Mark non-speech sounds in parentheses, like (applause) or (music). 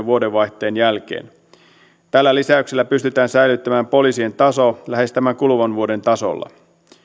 (unintelligible) vuodenvaihteen jälkeen tällä lisäyksellä pystytään säilyttämään poliisien taso lähes tämän kuluvan vuoden tasolla